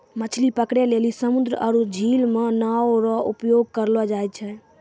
मछली पकड़ै लेली समुन्द्र आरु झील मे नांव रो उपयोग करलो जाय छै